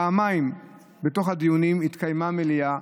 פעמיים בתוך הדיונים התקיימה המליאה,